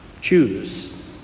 Choose